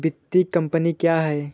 वित्तीय कम्पनी क्या है?